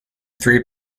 three